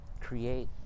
create